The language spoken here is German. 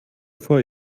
vor